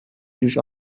جوش